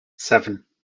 seven